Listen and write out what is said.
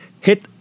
hit